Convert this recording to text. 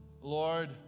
Lord